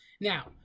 Now